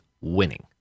winning